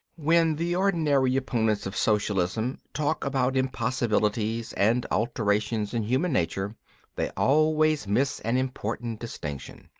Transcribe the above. when the ordinary opponents of socialism talk about impossibilities and alterations in human nature they always miss an important distinction.